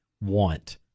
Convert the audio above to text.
want